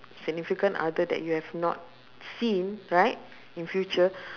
significant other that you have not seen right in future